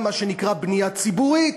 מה שנקרא "בנייה ציבורית",